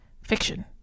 fiction